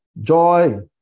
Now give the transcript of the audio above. Joy